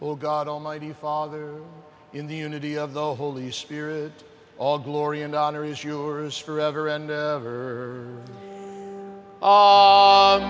well god almighty father in the unity of the holy spirit all glory and honor is yours forever and ever